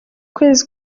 kwezi